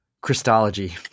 Christology